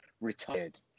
retired